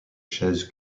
chaises